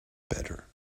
better